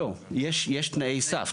לא, יש תנאי סף.